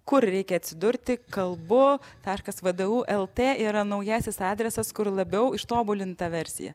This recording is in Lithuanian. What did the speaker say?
kur reikia atsidurti kalbu taškas vdu lt yra naujasis adresas kur labiau ištobulinta versija